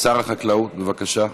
שר החקלאות, בבקשה.